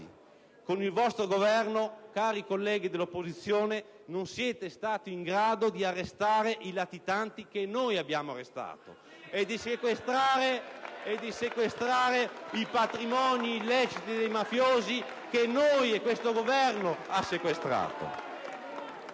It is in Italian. Con il vostro Governo, cari colleghi dell'opposizione, non siete stati in grado di arrestare i latitanti, che noi abbiamo arrestato, e di sequestrare i patrimoni illeciti dei mafiosi, che questo Governo ha sequestrato!